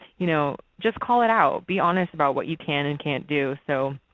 you know just call it out. be honest about what you can and can't do. so